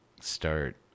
start